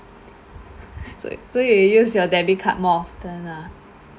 so so you use your debit card more often ah